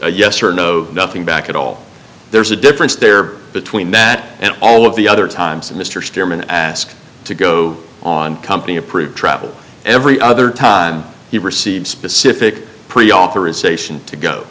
a yes or no nothing back at all there's a difference there between that and all of the other times and mr chairman ask to go on company approved travel every other time he receives specific pre authorization to go